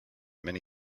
many